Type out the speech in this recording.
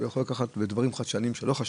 הוא יכול לקחת לדברים חדשניים שלא חשבנו.